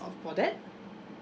for that